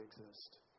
exist